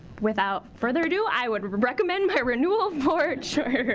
without further ado, i would recommend my renewal for charter